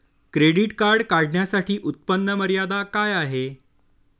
Credit card काढण्यासाठी उत्पन्न मर्यादा काय आहे?